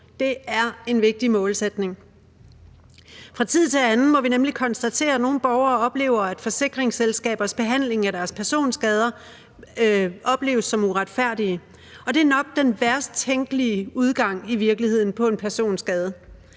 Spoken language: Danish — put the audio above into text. Det er en vigtig målsætning. Fra tid til anden må vi nemlig konstatere, at nogle borgere oplever, at forsikringsselskabers behandling af deres personskader opleves som uretfærdig. Og det er nok i virkeligheden den værst tænkelige udgang på en personskade.